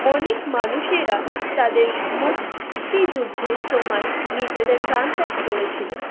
অনেক মানুষেরা তাদের মুক্তিযুদ্ধের সময় নিজেদের প্রাণত্যাগ করেছিল